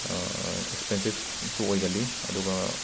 ꯑꯦꯛꯁꯄꯦꯟꯁꯤꯐꯁꯨ ꯑꯣꯏꯒꯜꯂꯤ ꯑꯗꯨꯒ